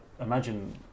imagine